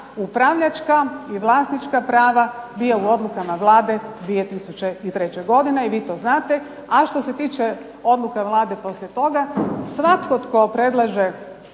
upravljačka i vlasnička prava bio u odlukama Vlade 2003. godine i vi to znate. A što se tiče odluka Vlade poslije toga, svatko tko predlaže,